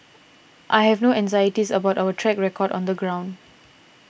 I have no anxieties about our track record on the ground